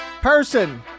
person